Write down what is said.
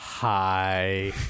Hi